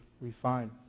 refined